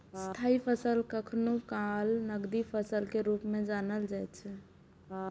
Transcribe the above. स्थायी फसल कखनो काल नकदी फसल के रूप मे जानल जाइ छै